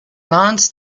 mounts